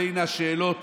בין השאלות